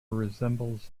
resembles